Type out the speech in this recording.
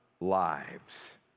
lives